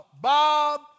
Bob